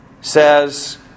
says